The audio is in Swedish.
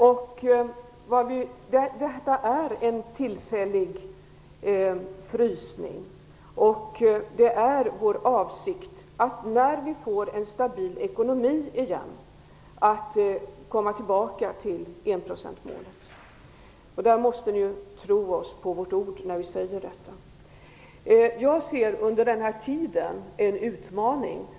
Detta är en tillfällig frysning, och det är vår avsikt att komma tillbaka till enprocentsmålet när vi åter har fått en stabil ekonomi. Ni måste tro oss på vårt ord när vi säger det. Jag ser under den här tiden en utmaning.